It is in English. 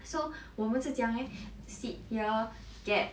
so 我们是怎样 eh sit here gap